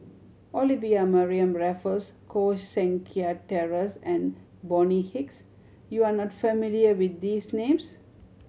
Olivia Mariamne Raffles Koh Seng Kiat Terence and Bonny Hicks you are not familiar with these names